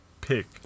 pick